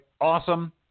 awesome